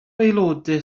aelodau